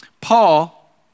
Paul